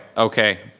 okay,